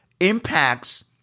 impacts